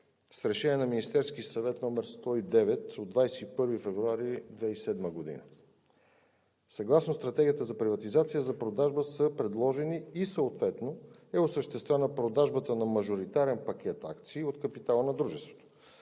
с Решение № 109 на Министерския съвет от 21 февруари 2007 г. Съгласно Стратегията за приватизация за продажба са предложени и съответно е осъществена продажбата на мажоритарен пакет акции от капитала на дружеството.